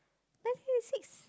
left three to six